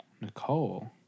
Nicole